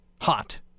hot